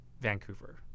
Vancouver